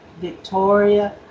Victoria